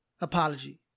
apology